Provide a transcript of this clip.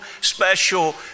special